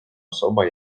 особа